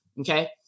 Okay